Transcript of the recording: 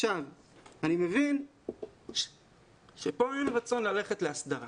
אני מבין שכאן אין רצון ללכת להסדרה